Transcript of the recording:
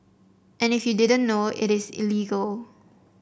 and if you didn't know it is illegal